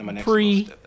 pre